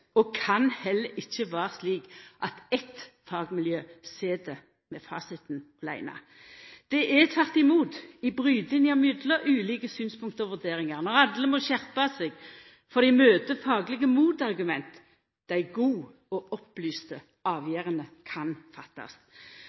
og kan heller ikkje vera – slik at eitt fagmiljø sit med fasiten åleine. Det er tvert om i brytinga mellom ulike synspunkt og vurderingar – når alle må skjerpa seg fordi dei møter faglege motargument – at dei gode og opplyste avgjerdene kan fattast.